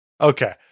Okay